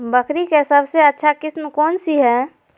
बकरी के सबसे अच्छा किस्म कौन सी है?